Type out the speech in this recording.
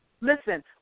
Listen